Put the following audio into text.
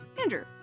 Andrew